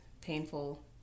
painful